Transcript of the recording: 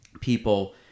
people